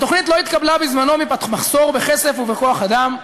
התוכנית לא התקבלה בזמנו מפאת מחסור בכסף ובכוח-אדם,